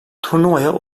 turnuvaya